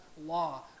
law